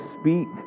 speak